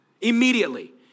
immediately